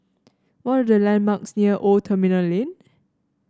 what are the landmarks near Old Terminal Lane